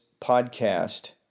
podcast